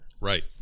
Right